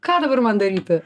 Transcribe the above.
ką dabar man daryti